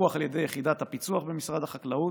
הפיקוח על ידי יחידת הפיצו"ח במשרד החקלאות,